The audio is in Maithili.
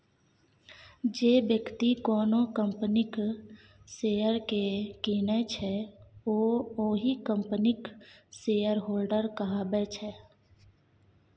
जे बेकती कोनो कंपनीक शेयर केँ कीनय छै ओ ओहि कंपनीक शेयरहोल्डर कहाबै छै